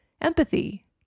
empathy